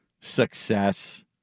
success